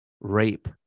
Rape